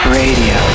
radio